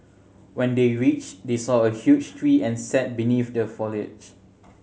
when they reached they saw a huge tree and sat beneath the foliage